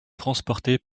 transportés